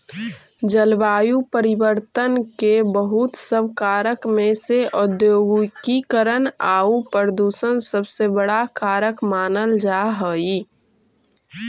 जलवायु परिवर्तन के बहुत सब कारक में से औद्योगिकीकरण आउ प्रदूषण सबसे बड़ा कारक मानल जा हई